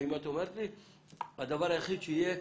הדבר היחיד שיהיה,